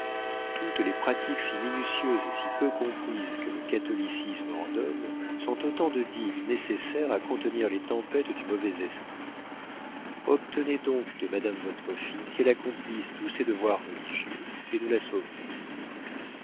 toutes les pratiques si minutieuses et si peu comprises que le catholicisme ordonne sont autant de digues nécessaires à contenir les tempêtes du mauvais esprit obtenez donc de madame votre fille qu'elle accomplisse tous ses devoirs religieux et nous la sauverons